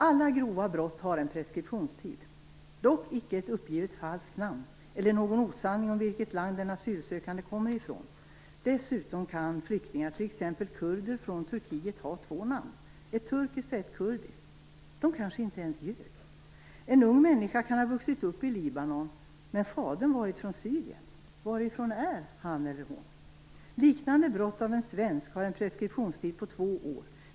Alla grova brott har en preskriptionstid - dock icke ett uppgivet falskt namn eller en osanning om vilket land en asylsökande kommer ifrån. Dessutom kan flyktingar, t.ex. kurder från Turkiet, ha två namn: ett turkiskt och ett kurdiskt. De kanske inte ens ljög! En ung människa kan ha vuxit upp i Libanon men fadern varit från Syrien. Varifrån är han eller hon? Liknande brott av en svensk har en preskriptionstid på två år.